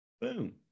Boom